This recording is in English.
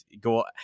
go